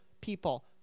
people